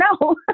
no